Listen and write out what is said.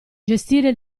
gestire